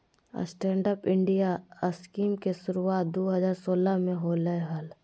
stand up India scheme के शुरुआत दू हज़ार सोलह में होलय हल